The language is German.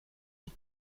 und